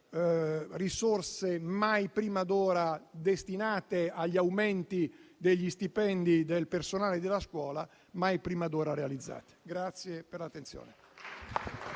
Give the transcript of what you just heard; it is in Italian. risorse mai prima d'ora destinate agli aumenti degli stipendi del personale della scuola, mai prima d'ora realizzate. Grazie per l'attenzione.